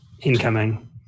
incoming